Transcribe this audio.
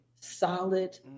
solid